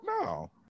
no